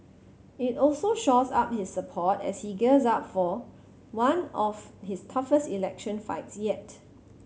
it also shores up his support as he gears up for one of his toughest election fights yet